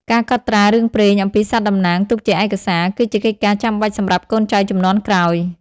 ការកត់ត្រារឿងព្រេងអំពីសត្វតំណាងទុកជាឯកសារ គឺជាកិច្ចការចាំបាច់សម្រាប់កូនចៅជំនាន់ក្រោយ។